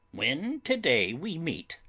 when to-day we meet,